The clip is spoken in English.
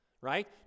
right